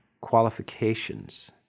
qualifications